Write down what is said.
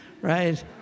right